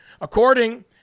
According